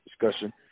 discussion